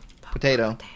Potato